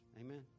Amen